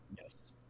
Yes